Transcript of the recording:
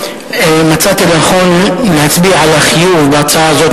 מצאתי לנכון להצביע על החיוב בהצעה הזאת.